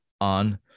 on